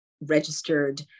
registered